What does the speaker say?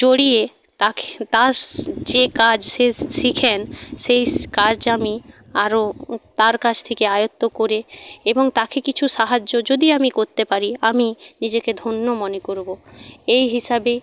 জড়িয়ে তাকে তার যে কাজ সে শিখেন সেই কাজ আমি আরও তার কাছ থেকে আয়ত্ত করে এবং তাকে কিছু সাহায্য যদি আমি করতে পারি আমি নিজেকে ধন্য মনে করব এই হিসাবে